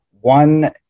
one